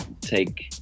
take